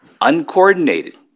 uncoordinated